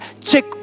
check